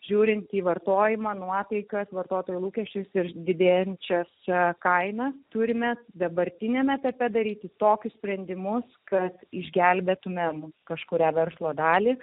žiūrint į vartojimą nuotaikas vartotojų lūkesčius ir didėjančias šią kainą turime dabartiniame etape daryti tokius sprendimus kad išgelbėtumėme kažkurią verslo dalį